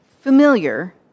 familiar